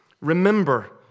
Remember